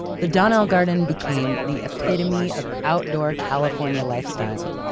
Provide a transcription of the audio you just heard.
the donnell garden became the epitome of outdoor california lifestyle.